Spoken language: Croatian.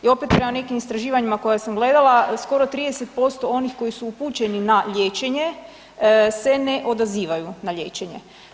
I opet prema nekim istraživanjima koja sam gledala skoro 30% onih koji su upućeni na liječenje se ne odazivaju na liječenje.